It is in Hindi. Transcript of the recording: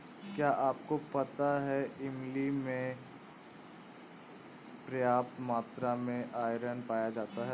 क्या आपको पता है इमली में पर्याप्त मात्रा में आयरन पाया जाता है?